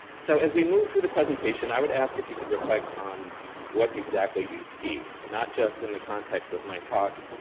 so as we move through the presentation, i would ask if you could reflect on what exactly you'd see, not just in the context of my talk,